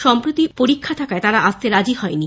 সম্প্রতি পরীক্ষা থাকায় তারা আসতে রাজী হয়নি